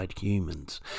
humans